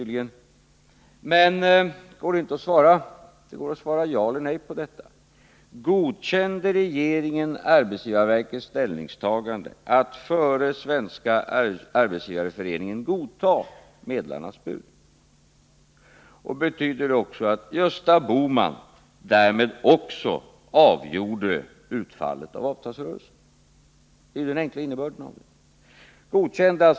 Men det borde gå att svara ja eller nej på min fråga. Godkände regeringen arbetsgivarverkets ställningstagande att före Svenska arbetsgivareföreningen godta medlarnas bud? Om regeringen gjorde det, betyder inte detta därmed att Gösta Bohman avgjorde utfallet av avtalsrörelsen? Det är ju den enkla innebörden av detta.